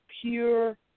pure